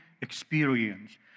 experience